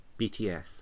BTS